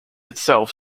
itself